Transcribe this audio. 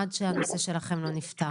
עד שהנושא שלכם נפתר.